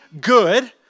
good